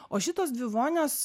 o šitos dvi vonios